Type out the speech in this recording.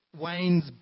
Wayne's